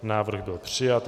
Návrh byl přijat.